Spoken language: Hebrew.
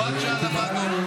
הוראת שעה לוועדות.